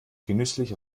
genüsslich